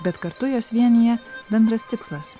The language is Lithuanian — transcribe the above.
bet kartu juos vienija bendras tikslas